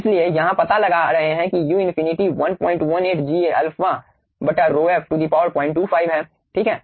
इसलिए यहाँ पता लगा रहे हैं कि यू इन्फिनिटी 118 g σ ρf 025 है ठीक है